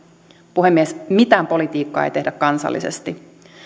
puhemies mitään politiikkaa ei tehdä kansallisesti